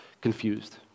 confused